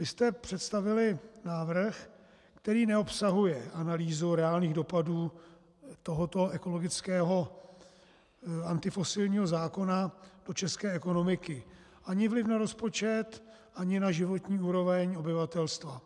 Vy jste představili návrh, který neobsahuje analýzu reálných dopadů tohoto ekologického antifosilního zákona do české ekonomiky, ani vliv na rozpočet, ani na životní úroveň obyvatelstva.